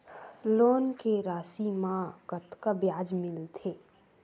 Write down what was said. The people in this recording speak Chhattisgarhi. लोन के राशि मा कतका ब्याज मिलथे?